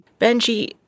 Benji